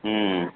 ம்